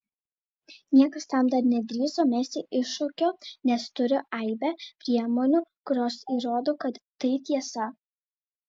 niekas tam dar nedrįso mesti iššūkio nes turiu aibę priemonių kurios įrodo kad tai tiesa